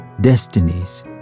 destinies